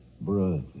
brother